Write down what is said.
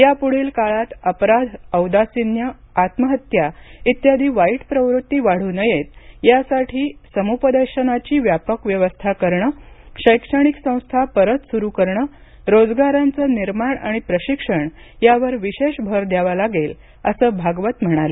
यापुढीलकाळात अपराध औदासिन्य आत्महत्या इत्यादी वाईट प्रवृत्ती वाढू नयेत यासाठी समुपदेशनाची व्यापक व्यवस्था करणं शैक्षणिक संस्था परत सुरू करणे रोजगारांचं निर्माण आणि प्रशिक्षण यावर विशेष भर द्यावा लागेल असं भागवत म्हणाले